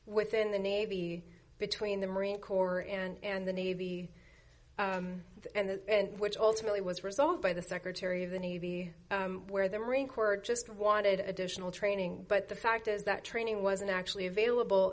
within the navy between the marine corps and the navy and which ultimately was resolved by the secretary of the navy where the marine corps just wanted additional training but the fact is that training wasn't actually available